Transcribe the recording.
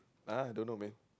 ah don't know man